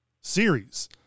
series